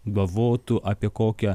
galvotų apie kokią